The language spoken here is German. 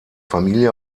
familie